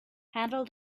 handle